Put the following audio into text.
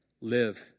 live